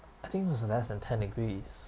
I think it was less than ten degrees